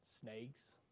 Snakes